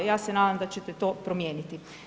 Ja se nadam da ćete to promijeniti.